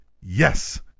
Yes